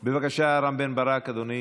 בבקשה, רם בן-ברק, אדוני.